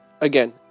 Again